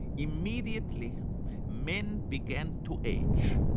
immediately men began to age.